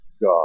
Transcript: God